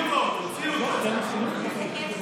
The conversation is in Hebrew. תרד מהדוכן.